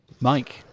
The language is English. Mike